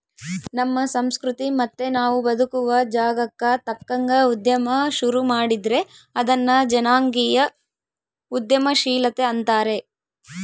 ನಮ್ಮ ಸಂಸ್ಕೃತಿ ಮತ್ತೆ ನಾವು ಬದುಕುವ ಜಾಗಕ್ಕ ತಕ್ಕಂಗ ಉದ್ಯಮ ಶುರು ಮಾಡಿದ್ರೆ ಅದನ್ನ ಜನಾಂಗೀಯ ಉದ್ಯಮಶೀಲತೆ ಅಂತಾರೆ